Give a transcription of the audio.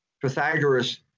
Pythagoras